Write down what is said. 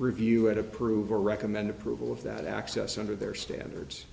review and approve a recommend approval of that access under their standards